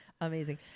Amazing